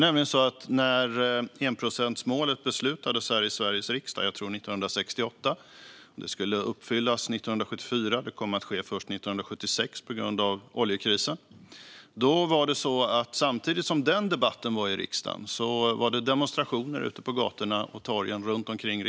När enprocentsmålet skulle beslutas här i Sveriges riksdag - jag tror att det var 1968; det skulle uppfyllas 1974, men det kom att ske först 1976 på grund av oljekrisen - var det så att samtidigt som debatten hölls i riksdagen var det demonstrationer ute på gatorna och torgen runt omkring.